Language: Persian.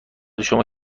شما